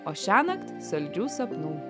o šiąnakt saldžių sapnų